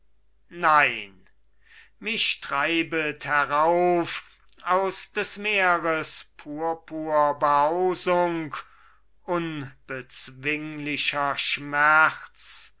nein mich treibet herauf aus des meeres purpurbehausung unbezwinglicher schmerz